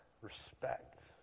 respect